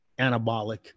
anabolic